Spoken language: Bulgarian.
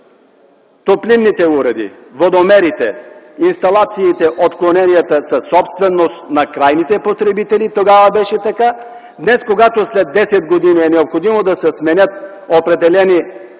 топлинните уреди, водомерите, инсталациите, отклоненията са собственост на крайните потребители – тогава беше така. Днес, когато след 10 години е необходимо да се сменят определени